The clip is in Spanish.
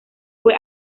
fue